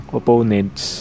opponents